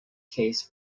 case